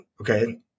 Okay